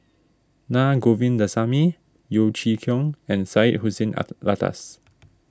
Na Govindasamy Yeo Chee Kiong and Syed Hussein Alatas